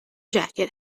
jacket